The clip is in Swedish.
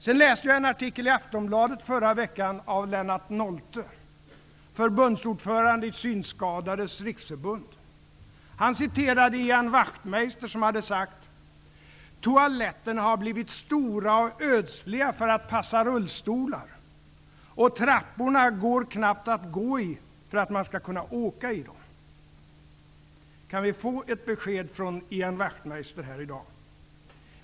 Sedan läste jag en artikel i Aftonbladet förra veckan av Lennart Nolte, förbundsordförande i Synskadades Riksförbund. Han citerade Ian Wachtmeister, som sagt: ''Toaletterna har blivit stora och ödsliga för att passa rullstolar. Och trapporna går knappt att gå i för att man skall kunna åka i dem.'' Kan vi få ett besked här i dag från Ian Wachtmeister?